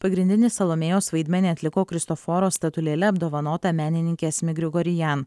pagrindinį salomėjos vaidmenį atliko kristoforo statulėle apdovanota menininkė asmik grigorian